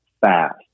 fast